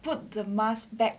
put the mask back